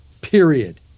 period